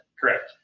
Correct